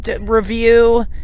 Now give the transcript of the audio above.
review